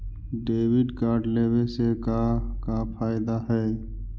Debit card लेवे से का का फायदा है?